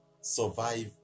survive